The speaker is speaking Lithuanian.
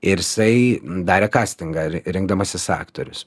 ir jisai darė kastingą rinkdamasis aktorius